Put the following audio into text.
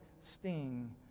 sting